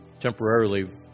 Temporarily